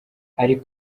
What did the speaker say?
ari